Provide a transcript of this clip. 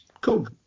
Cool